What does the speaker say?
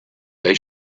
they